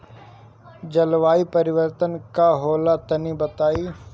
जलवायु परिवर्तन का होला तनी बताई?